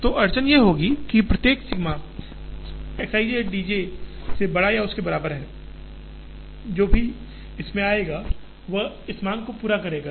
तो अड़चन यह होगी कि प्रत्येक sigma X i j D j से बड़ा या उसके बराबर है जो भी इसमें आएगा वह इस मांग को पूरा करेगा